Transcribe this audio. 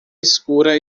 escura